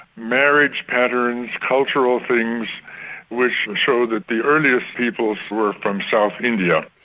marriage patterns cultural things which show that the earliest peoples were from south india.